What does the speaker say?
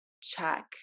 check